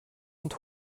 und